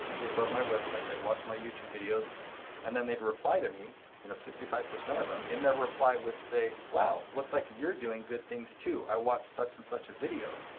go to my website, they'd watch my youtube videos and then they'd reply to me you know sixty five percent of them, in their reply would say, wow, looks like you're doing good things, too. i watched such in such a video.